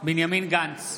בנימין גנץ,